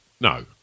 No